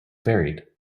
varied